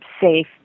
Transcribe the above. safe